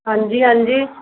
ਹਾਂਜੀ ਹਾਂਜੀ